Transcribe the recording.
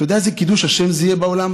אתה יודע איזה קידוש השם זה יהיה בעולם?